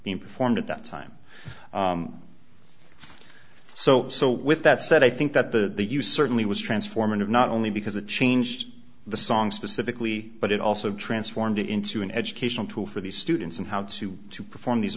being performed at that time so so with that said i think that the the you certainly was transformative not only because it changed the song specifically but it also transformed into an educational tool for the students in how to to perform these